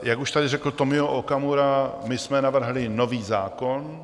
Jak už tady řekl Tomio Okamura, my jsme navrhli nový zákon.